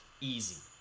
Easy